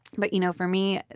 but you know for me,